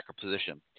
position